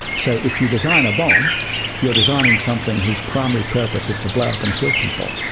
so if you design a bomb you're designing something whose primary purpose is to blow up and kill people.